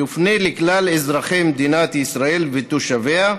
יופנה לכלל אזרחי מדינת ישראל ותושביה,